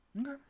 Okay